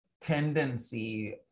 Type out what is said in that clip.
tendency